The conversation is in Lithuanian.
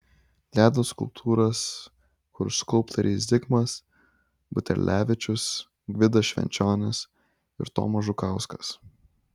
ledo skulptūras kurs skulptoriai zigmas buterlevičius gvidas švenčionis ir tomas žukauskas